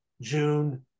June